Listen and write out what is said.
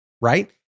right